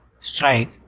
strike